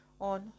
on